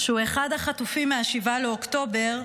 אחד החטופים מ-7 באוקטובר,